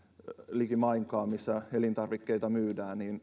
missä elintarvikkeita myydään niin